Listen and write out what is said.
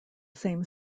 same